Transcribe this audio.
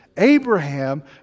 Abraham